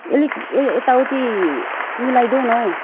अलिक ए यताउति मिलाइदेउ न हौ